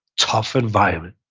tough environment.